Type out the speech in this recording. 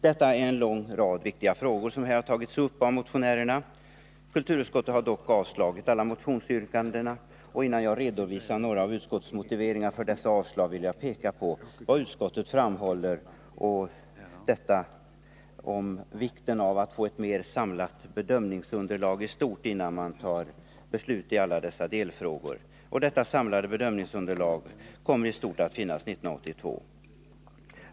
Det är en lång rad viktiga frågor som här har tagits upp av motionärerna. Kulturutskottet har dock avstyrkt alla motionsyrkandena. Innan jag redovisar några av utskottets motiveringar för dessa avstyrkanden vill jag peka på vad utskottet framhåller om vikten av att få ett mer samlat bedömningsunderlag i stort innan man tar beslut i alla dessa delfrågor. Detta samlade bedömningsunderlag kommer i stort att finnas 1982.